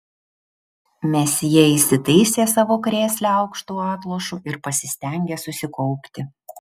mesjė įsitaisė savo krėsle aukštu atlošu ir pasistengė susikaupti